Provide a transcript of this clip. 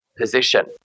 position